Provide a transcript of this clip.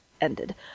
ended